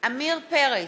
עמיר פרץ,